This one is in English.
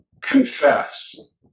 confess